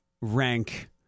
rank